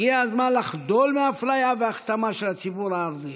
הגיע הזמן לחדול מאפליה והכתמה של הציבור הערבי,